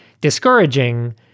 discouraging